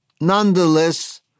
Nonetheless